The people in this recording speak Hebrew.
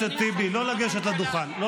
חבר הכנסת טיבי, לא לגשת לדוכן.